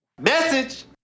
Message